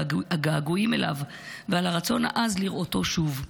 הגעגועים אליו ועל הרצון העז לראותו שוב.